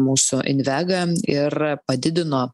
mūsų invega ir padidino